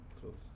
close